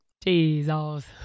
Jesus